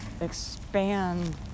expand